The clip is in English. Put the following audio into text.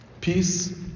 Peace